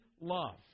love